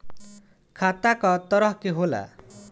खाता क तरह के होला?